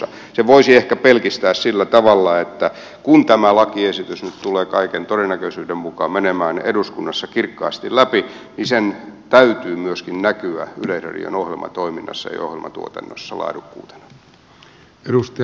sen voisi ehkä pelkistää sillä tavalla että kun tämä lakiesitys nyt tulee kaiken todennäköisyyden mukaan menemään eduskunnassa kirkkaasti läpi sen täytyy myöskin näkyvä merkki on oma toimintansa näkyä yleisradion ohjelmatoiminnassa ja ohjelmatuotannossa laadukkuutena